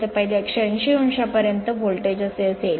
तर पहिल्या 180 o पर्यंत व्होल्टेज असे असेल